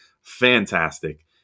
fantastic